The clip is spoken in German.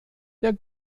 der